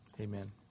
Amen